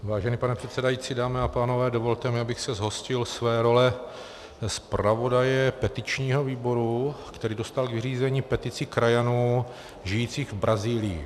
Vážený pane předsedající, dámy a pánové, dovolte mi, abych se zhostil své role zpravodaje petičního výboru, který dostal k vyřízení petici krajanů žijících v Brazílii.